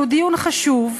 שהוא דיון חשוב,